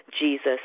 Jesus